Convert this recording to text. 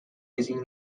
using